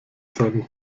seinen